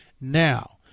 Now